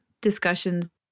discussions